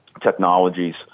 technologies